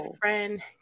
friend